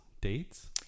Dates